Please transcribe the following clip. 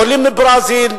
מברזיל.